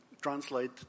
translate